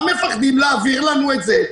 למה מפחדים להעביר לנו את זה?